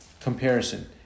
comparison